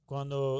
Cuando